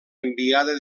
enviada